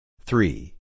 Three